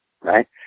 right